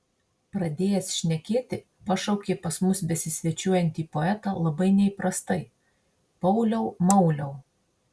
pradėjęs šnekėti pašaukė pas mus besisvečiuojantį poetą labai neįprastai pauliau mauliau